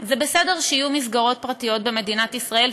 זה בסדר שיהיו מסגרות פרטיות במדינת ישראל,